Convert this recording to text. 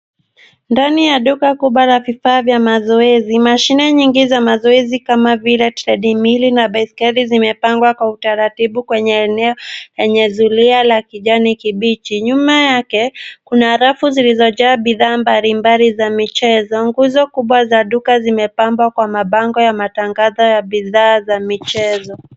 Ndani ya duka kubwa la vifaa vya mazoezi. Mashine nyingi za mazoezi kama vile treadmill na baiskeli zimepangwa kwa utaratibu kwenye eneo lenye zulia la kijani kibichi. Nyuma yake kuna rafu zilizojaa bidhaa mbalimbali za michezo. Nguzo kubwa za duka zimepambwa mabango ya matangazo ya bidhaa za michezo.